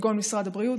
כגון משרד הבריאות,